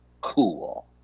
cool